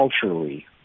culturally